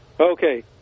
Okay